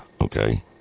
Okay